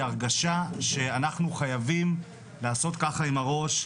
הרגשה שאנחנו חייבים לעשות ככה עם הראש,